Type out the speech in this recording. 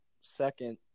Second